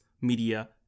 media